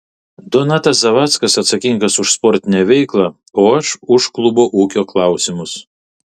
donatas zavackas atsakingas už sportinę veiklą o aš už klubo ūkio klausimus